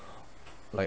like